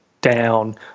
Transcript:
down